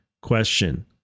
Question